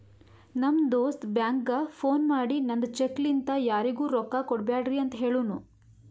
ನಮ್ ದೋಸ್ತ ಬ್ಯಾಂಕ್ಗ ಫೋನ್ ಮಾಡಿ ನಂದ್ ಚೆಕ್ ಲಿಂತಾ ಯಾರಿಗೂ ರೊಕ್ಕಾ ಕೊಡ್ಬ್ಯಾಡ್ರಿ ಅಂತ್ ಹೆಳುನೂ